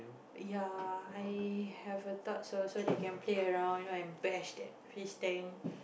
ya I have a third also they can play around you know and bash that fish tank